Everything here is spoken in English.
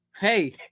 hey